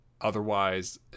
otherwise